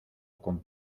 con